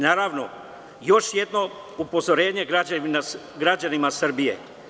Naravno još jedno upozorenje građanima Srbije.